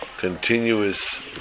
continuous